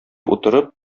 утырып